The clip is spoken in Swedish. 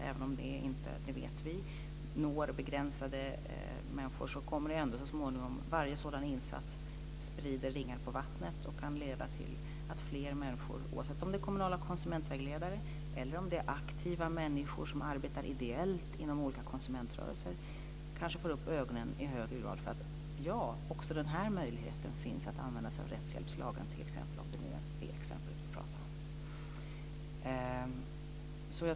Även om vi vet att det är ett begränsat antal människor som nås av detta sprider ändå varje sådan insats ringar på vattnet och kan leda till att fler människor - oavsett om det gäller kommunala konsumentvägledare eller aktiva människor som arbetar ideellt inom olika konsumentrörelser - i högre grad får upp ögonen för att det kanske också kan finnas möjlighet att t.ex. använda rättshjälpslagen.